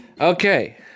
Okay